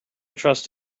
trust